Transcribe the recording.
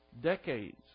decades